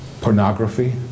pornography